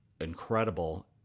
incredible